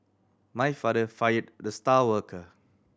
my father fired the star worker